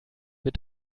wird